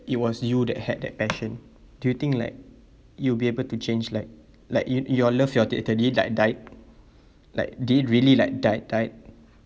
it was you that had that passion do you think like you'll be able to change like like yo~ your love your theatre did it died died like did it really like died died